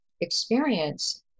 experience